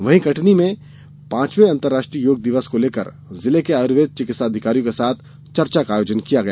वहीं कटनी में पांचवे अंतर्राष्ट्रीय योग दिवस को लेकर जिले के आयुर्वेद चिकित्सा अधिकारियों के साथ चर्चा का आयोजन किया गया